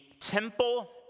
temple